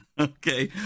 Okay